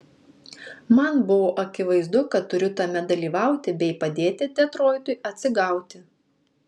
man buvo akivaizdu kad turiu tame dalyvauti bei padėti detroitui atsigauti